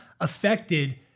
affected